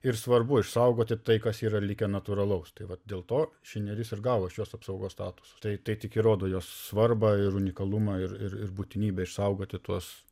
ir svarbu išsaugoti tai kas yra likę natūralaus tai vat dėl to ši neris ir gavo šios apsaugos statusus tai tai tik įrodo jos svarbą ir unikalumą ir ir ir būtinybę išsaugoti tuos